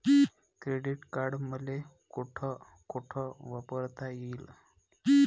Credit card मले कोठ कोठ वापरता येईन?